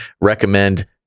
recommend